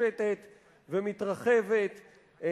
ומתפשטת ומתרחבת.